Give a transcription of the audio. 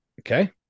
Okay